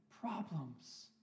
problems